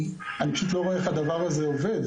אני פשוט לא רואה איך הדבר הזה עובד.